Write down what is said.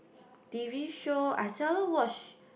T_V show I seldom watch